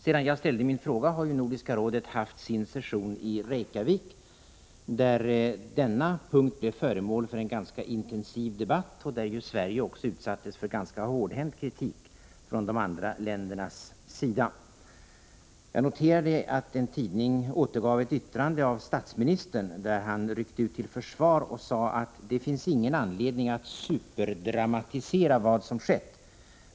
Sedan jag ställde min fråga har Nordiska rådet haft sin session i Reykjavik, där denna punkt blev föremål för en ganska intensiv debatt och där Sverige också utsattes för hårdhänt kritik från de andra ländernas sida. Jag noterade att en tidning återgav ett yttrande från statsministern, där han ryckte ut till försvar och sade: ”Det finns ingen anledning att superdramatisera vad som skett.